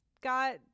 got